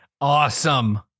Awesome